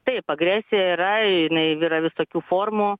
taip agresija yra i jinai yra visokių formų